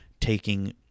taking